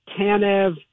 Tanev